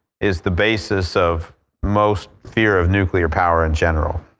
is the basis of most fear of nuclear power in general.